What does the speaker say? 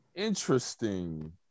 Interesting